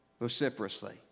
vociferously